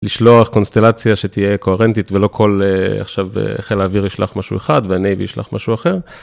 לשלוח קונסטלציה שתהיה קוהרנטית ולא כל עכשיו חיל האוויר ישלח משהו אחד והנייבי ישלח משהו אחר.